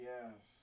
Yes